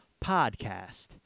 podcast